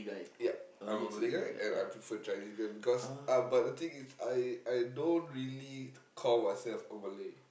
ya I'm a Malay guy and I prefer Chinese girl because uh but the thing is I I don't really call myself a Malay